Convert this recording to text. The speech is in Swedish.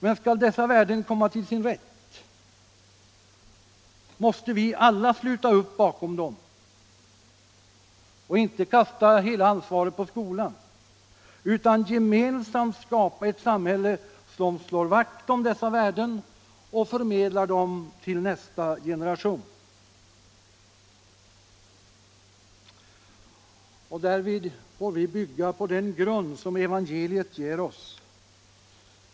Men skall dessa värden komma till sin rätt måste vi alla sluta upp bakom dem och inte kasta hela ansvaret på skolan utan gemensamt skapa ett samhälle som slår vakt om dessa värden och förmedlar dem till nästa generation. Och därvid får vi bygga på den grund som evangeliet ger oss.